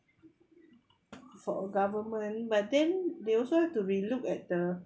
for a government but then they also have to relook at the